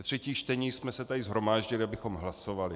Ve třetích čtení jsme se tady shromáždili, abychom hlasovali.